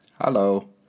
Hello